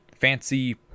fancy